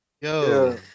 Yo